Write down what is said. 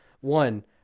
One